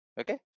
okay